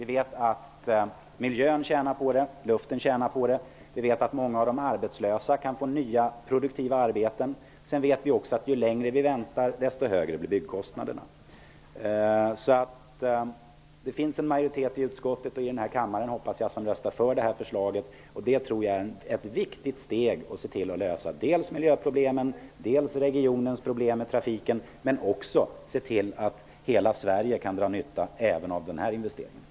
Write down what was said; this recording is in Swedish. Vi vet att miljön och luften tjänar på det. Vi vet att många av de arbetslösa kan få nya produktiva arbeten. Vi vet också att byggkostnaderna blir högre ju längre vi väntar. Det finns en majoritet i utskottet och i denna kammare, hoppas jag, som röstar för detta förslag. Jag tror att det är viktigt att se till att lösa miljöproblemen och regionens problem med trafiken och också att se till att hela Sverige kan dra nytta av denna investering.